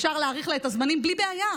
אפשר להאריך לה את הזמנים בלי בעיה.